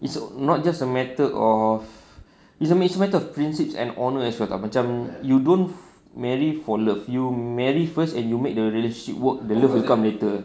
it's not just a matter of it's a matter of prinsip and honour as well [tau] macam you don't marry for love you marry first and you make the relationship work the love will come later